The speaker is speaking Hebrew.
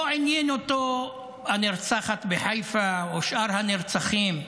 לא עניין אותו הנרצחת בחיפה או שאר הנרצחים.